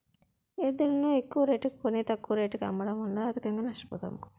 ఎద్దులును ఎక్కువరేటుకి కొని, తక్కువ రేటుకు అమ్మడము వలన ఆర్థికంగా నష్ట పోతాం